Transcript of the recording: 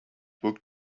book